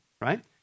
right